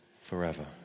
forever